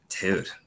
dude